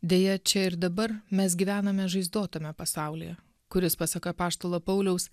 deja čia ir dabar mes gyvename žaizdotame pasaulyje kuris pasak apaštalo pauliaus